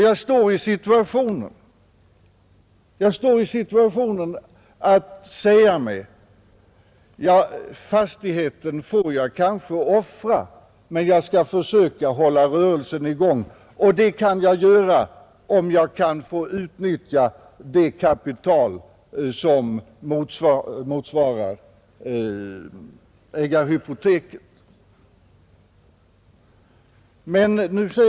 Jag står i en sådan situation att jag får säga mig, att jag kanske får offra fastigheten men att jag skall försöka hålla i gång rörelsen, och det kan jag göra om jag får utnyttja det kapital som motsvarar ägarhypoteket.